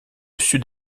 sud